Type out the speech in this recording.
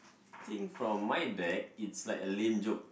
think from my deck it's like a lame joke